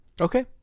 Okay